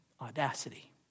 audacity